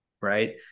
right